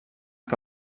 que